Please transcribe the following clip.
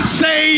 say